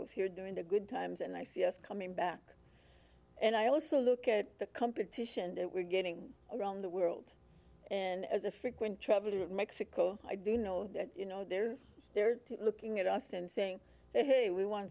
was here during the good times and i see us coming back and i also look at the competition that we're getting around the world and as a frequent traveler of mexico i do know that you know they're they're looking at us and saying hey we want